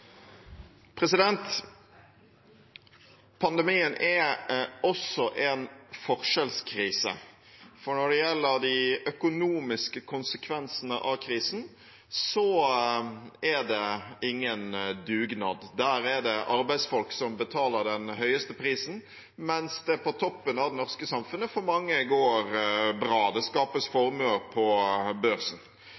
hovedspørsmål. Pandemien er også en forskjellskrise, for når det gjelder de økonomiske konsekvensene av krisen, er det ingen dugnad. Der er det arbeidsfolk som betaler den høyeste prisen, mens det på toppen av det norske samfunnet for mange går bra – det skapes